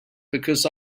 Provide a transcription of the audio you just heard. because